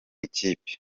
ikipe